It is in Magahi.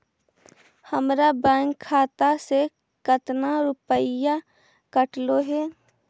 हमरा बैंक खाता से कतना रूपैया कटले है?